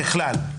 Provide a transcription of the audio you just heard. ככלל.